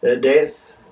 death